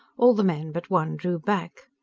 all the men but one drew back.